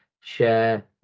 share